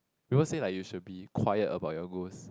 people say that you should be quiet about your goals